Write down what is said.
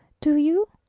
do you?